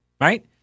right